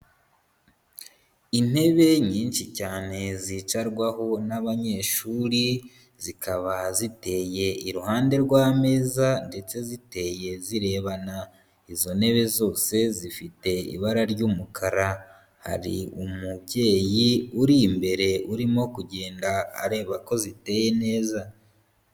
Intebe nyinshi cyane zicarwaho n'abanyeshuri, zikaba ziteye iruhande rw'ameza ndetse ziteye zirebana, izo ntebe zose zifite ibara ry'umukara, hari umubyeyi uri imbere urimo kugenda areba ko ziteye neza.